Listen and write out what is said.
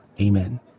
Amen